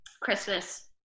Christmas